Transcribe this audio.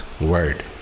word